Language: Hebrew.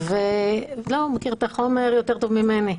הוא מכיר את החומר טוב יותר ממני.